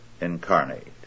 incarnate